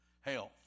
health